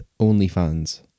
OnlyFans